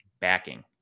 backing